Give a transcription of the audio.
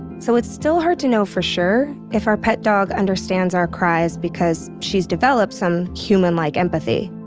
so it's still hard to know for sure if our pet dog understands our cries because she's developed some human-like empathy,